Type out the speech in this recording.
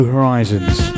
Horizons